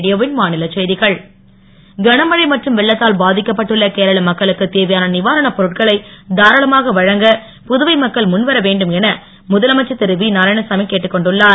நாராயணசாமி கனமழை மற்றும் வெள்ளத்தால் பாதிக்கப்பட்டுள்ள கேரள மக்களுக்கு தேவையான நிவாரணப் பொருட்களை தாராளமாக வழங்க புதுவை மக்கள் முன் வர வேண்டும் என முதலமைச்சர் திரு வி நாராயணசாமி கேட்டுக் கொண்டுள்ளார்